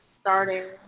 starting